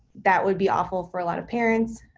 that would be awful for a lot of parents,